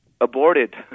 aborted